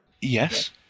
Yes